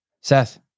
Seth